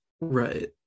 right